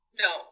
No